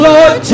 Lord